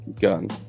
gun